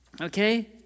Okay